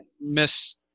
miss –